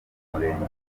umurenge